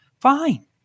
fine